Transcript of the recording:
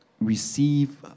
Receive